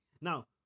Now